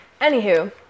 Anywho